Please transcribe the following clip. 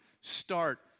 Start